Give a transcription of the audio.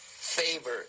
favor